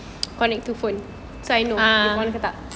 ah